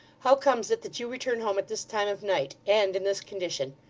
how comes it that you return home at this time of night, and in this condition?